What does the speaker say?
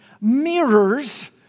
mirrors